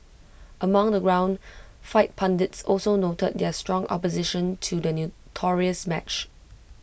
among the ground fight pundits also noted their strong opposition to the notorious match